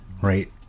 right